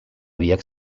biak